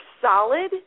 solid